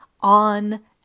on